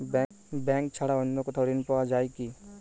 Bank ছাড়া অন্য কোথাও ঋণ পাওয়া যায় কি?